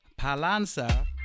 Palanza